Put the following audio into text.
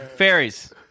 Fairies